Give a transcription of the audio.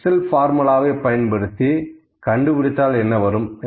Excel பார்முலாவை பயன்படுத்தி கண்டுபிடித்தால் என்ன வரும்